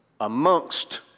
amongst